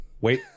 Wait